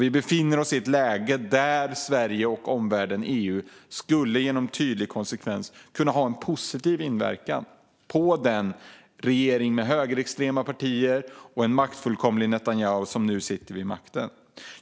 Vi befinner oss i ett läge där Sverige och EU genom tydlig konsekvens skulle kunna ha en positiv inverkan på regeringen med högerextrema partier och den maktfullkomlige Netanyahu.